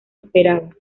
esperaba